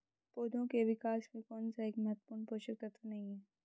पौधों के विकास में कौन सा एक महत्वपूर्ण पोषक तत्व नहीं है?